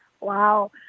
Wow